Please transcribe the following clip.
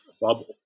bubble